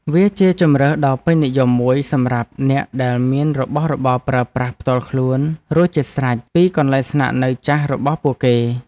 វាជាជម្រើសដ៏ពេញនិយមមួយសម្រាប់អ្នកដែលមានរបស់របរប្រើប្រាស់ផ្ទាល់ខ្លួនរួចជាស្រេចពីកន្លែងស្នាក់នៅចាស់របស់ពួកគេ។